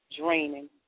draining